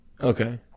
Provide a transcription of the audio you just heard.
Okay